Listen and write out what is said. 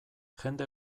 jende